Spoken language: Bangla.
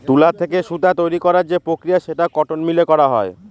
তুলা থেকে সুতা তৈরী করার যে প্রক্রিয়া সেটা কটন মিলে করা হয়